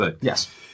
Yes